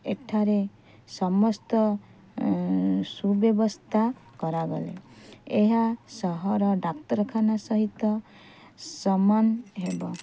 ଏଠାରେ ସମସ୍ତ ସୁବ୍ୟବସ୍ଥା କରାଗଲେ ଏହା ସହର ଡାକ୍ତରଖାନା ସହିତ ସମାନ ହେବ